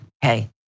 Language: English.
hey